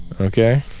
Okay